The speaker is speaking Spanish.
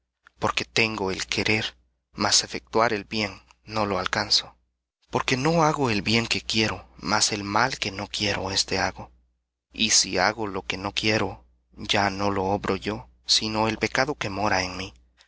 porque tengo el querer mas efectuar el bien no lo alcanzo porque no hago el bien que quiero mas el mal que no quiero éste hago y si hago lo que no quiero ya no lo obro yo sino el pecado que mora en mí